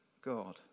God